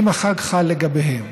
אם החג חל לגביהם.